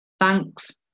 Thanks